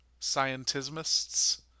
scientismists